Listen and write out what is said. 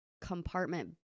compartment